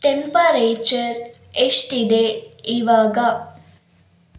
temperature ಎಷ್ಟಿದೆ ಇವಾಗ